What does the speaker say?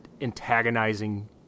antagonizing